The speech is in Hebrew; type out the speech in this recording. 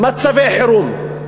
מצבי חירום.